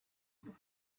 pour